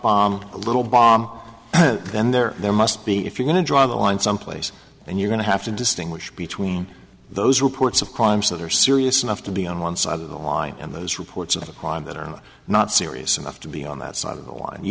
bomb a little bomb and then there there must be if you want to draw the line someplace and you going to have to distinguish between those reports of crimes that are serious enough to be on one side of the line and those reports of a quantum that are not serious enough to be on that side of the line